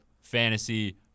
fantasy